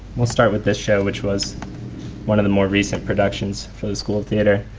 we'll start with this show which was one of the more recent productions for the school of theatre.